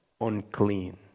unclean